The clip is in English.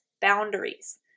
boundaries